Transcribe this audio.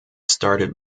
started